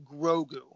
Grogu